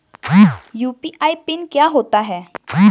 UPI PIN क्या होता है?